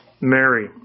Mary